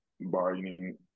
bargaining